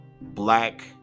black